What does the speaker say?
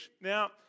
Now